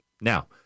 Now